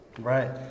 Right